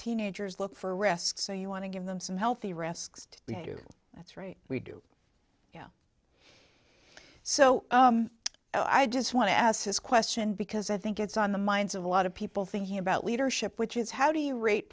teenagers look for arrests and you want to give them some healthy risks to you that's right we do you know so i just want to ask this question because i think it's on the minds of a lot of people thinking about leadership which is how do you rate